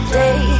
day